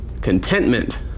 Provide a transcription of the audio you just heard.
contentment